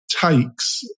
takes